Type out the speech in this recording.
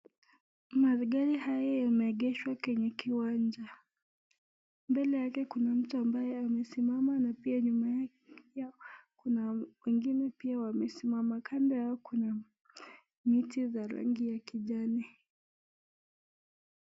Magari haya yameegeshwa kwenye kiwanja, mbele yake kuna mtu ambaye amesimama na pia nyuma yake, kuna wengine pia wamesimama, kando yao kuna miti za rangi ya kijani.